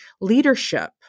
leadership